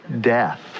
death